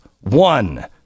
One